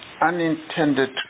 unintended